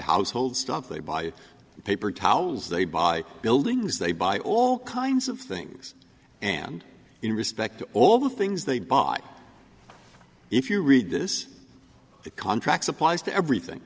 household stuff they buy paper towels they buy buildings they buy all kinds of things and in respect to all the things they bought if you read this the contracts applies to everything